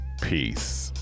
Peace